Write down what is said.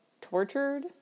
tortured